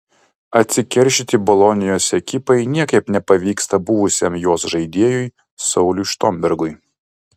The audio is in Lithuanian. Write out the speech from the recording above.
atsikeršyti bolonijos ekipai niekaip nepavyksta buvusiam jos žaidėjui sauliui štombergui